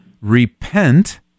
repent